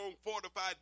fortified